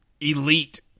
elite